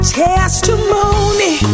testimony